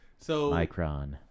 Micron